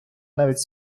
навіть